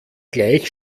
gleich